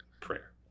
prayer